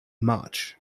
much